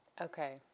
Okay